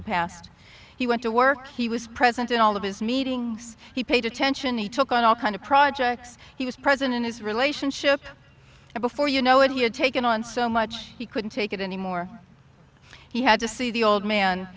the past he went to work he was present in all of his meetings he paid attention he took on all kind of projects he was present in his relationship and before you know it he had taken on so much he couldn't take it anymore he had to see the old man